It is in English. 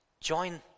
join